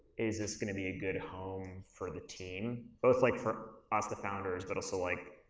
is this gonna be a good home for the team, both like for us the founders but also like,